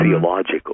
theological